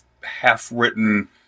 half-written